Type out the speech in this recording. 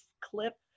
clip